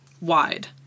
wide